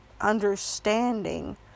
understanding